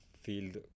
field